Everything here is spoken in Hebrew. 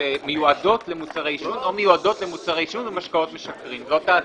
שמיועדות למוצרי עישון או למשקאות משכרים זו ההצעה.